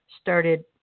started